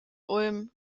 ulm